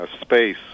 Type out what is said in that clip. Space